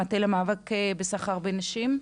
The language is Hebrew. המטה למאבק בסחר בנשים.